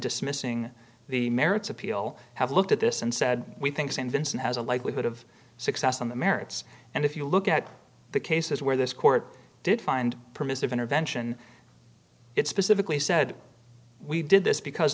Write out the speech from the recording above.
dismissing the merits appeal have looked at this and said we think st vincent has a likelihood of success on the merits and if you look at the cases where this court did find permissive intervention it specifically said we did this because